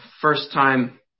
first-time